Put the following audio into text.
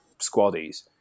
squaddies